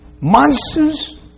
monsters